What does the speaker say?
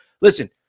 Listen